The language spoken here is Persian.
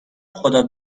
خدا